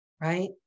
right